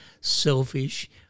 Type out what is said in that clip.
selfish